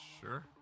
Sure